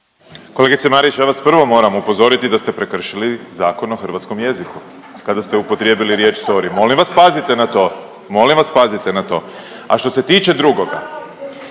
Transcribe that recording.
Kolegice Marić, ja vas prvo moram upozoriti da ste prekršili Zakon o hrvatskom jeziku kada ste upotrijebili riječ „sorry“, molim vas pazite na to, molim vas pazite na to. A što se tiče drugoga,